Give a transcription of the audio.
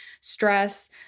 stress